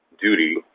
duty